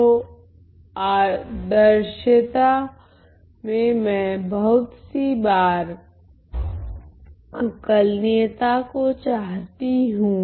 तो आदर्शयता में मैं बहुत सी बार अवकलनीयता को चाहती हूँ